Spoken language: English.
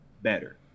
Better